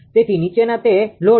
તેથી નીચેના તે લોડ છે